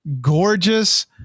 gorgeous